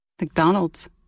McDonald's